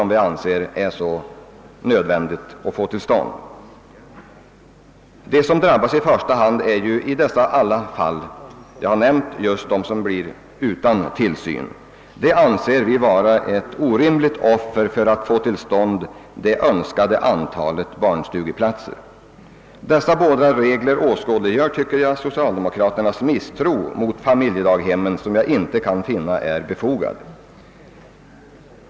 De som drabbas i alla dessa fall är naturligtvis de barn som inte har någon tillsyn alls. Det anser vi är ett orimligt offer för att få till stånd det önskade antalet barnstugeplatser. Dessa båda regler åskådliggör, tycker jag, socialdemokraternas misstro mot familjedaghemmen, en misstro som jag inte kan anse är befogad.